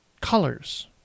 colors